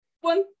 One